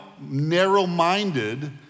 narrow-minded